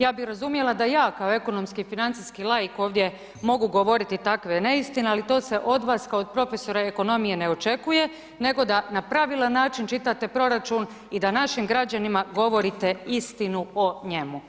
Ja bih razumjela da ja kao ekonomski financijski laik ovdje mogu govoriti takve neistine ali to se od vas kao od profesora ekonomije ne očekuje, nego da na pravilan način čitate proračun i da našim građanima govorite istinu o njemu.